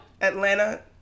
Atlanta